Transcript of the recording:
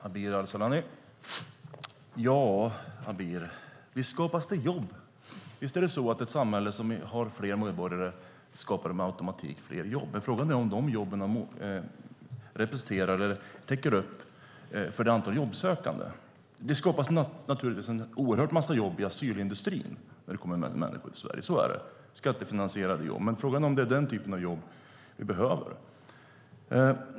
Herr talman! Abir Al-Sahlani! Visst skapas det jobb. Ett samhälle som har fler medborgare skapar med automatik fler jobb. Frågan är om jobben täcker upp för antalet jobbsökande. Det skapas naturligtvis en oerhörd massa jobb, skattefinansierade jobb, i asylindustrin när det kommer människor till Sverige. Frågan är om det är den typen av jobb vi behöver.